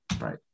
Right